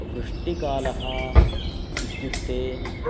वृष्टिकालः इत्युक्ते